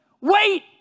wait